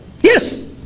Yes